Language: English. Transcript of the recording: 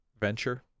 venture